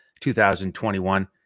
2021